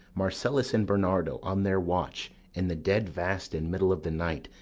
marcellus and bernardo, on their watch in the dead vast and middle of the night,